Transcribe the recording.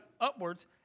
upwards